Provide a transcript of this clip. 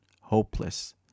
hopeless